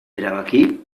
erabaki